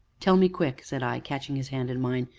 tell me quick! said i, catching his hand in mine,